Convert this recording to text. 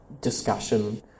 discussion